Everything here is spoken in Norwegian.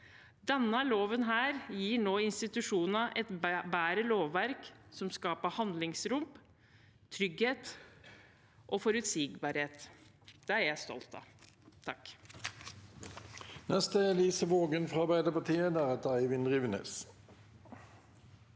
Denne loven gir nå institusjonene et bedre lovverk, som skaper handlingsrom, trygghet og forutsigbarhet. Det er jeg stolt av. Elise